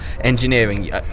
engineering